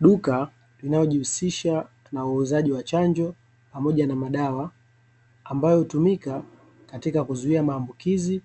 Duka linalojihusisha na uuzaji wa chanjo pamoja na madawa, ambayo hutumika katika kuzuia maambukizi